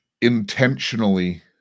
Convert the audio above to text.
intentionally